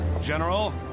General